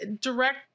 direct